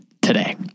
today